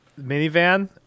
Minivan